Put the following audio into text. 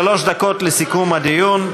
שלוש דקות לסיכום הדיון,